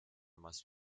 must